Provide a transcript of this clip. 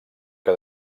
que